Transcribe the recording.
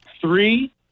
three